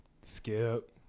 Skip